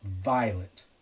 violent